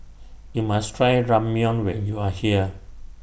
YOU must Try Ramyeon when YOU Are here